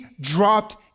dropped